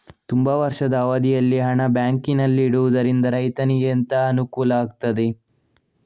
ತುಂಬಾ ವರ್ಷದ ಅವಧಿಯಲ್ಲಿ ಹಣ ಬ್ಯಾಂಕಿನಲ್ಲಿ ಇಡುವುದರಿಂದ ರೈತನಿಗೆ ಎಂತ ಅನುಕೂಲ ಆಗ್ತದೆ?